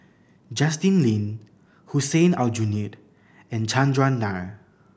Justin Lean Hussein Aljunied and Chandran Nair